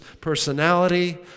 personality